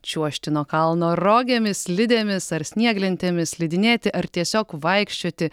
čiuožti nuo kalno rogėmis slidėmis ar snieglentėmis slidinėti ar tiesiog vaikščioti